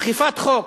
אכיפת חוק.